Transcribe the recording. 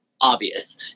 obvious